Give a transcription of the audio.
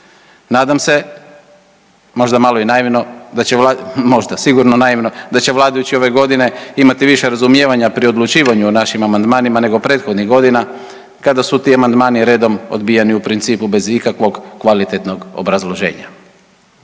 i naivno, možda, sigurno naivno, da će vladajući ove godine imati više razumijevanja pri odlučivanju o našim amandmanima nego prethodnih godina kada su ti amandmani redom odbijeni u principu bez ikakvog kvalitetnog obrazloženja.